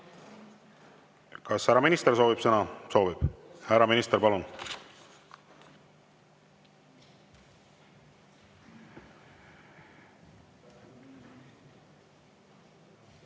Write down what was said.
Kas härra minister soovib sõna? Soovib. Härra minister, palun!